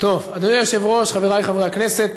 אדוני היושב-ראש, חברי חברי הכנסת,